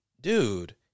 dude